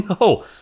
No